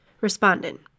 Respondent